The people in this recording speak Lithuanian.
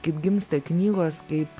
kaip gimsta knygos kaip